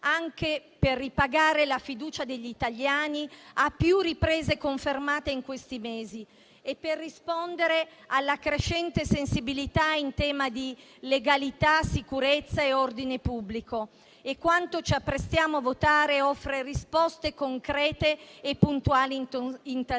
anche per ripagare la fiducia degli italiani, a più riprese confermata in questi mesi, e per rispondere alla crescente sensibilità in tema di legalità, sicurezza e ordine pubblico. Quanto ci apprestiamo a votare offre risposte concrete e puntuali in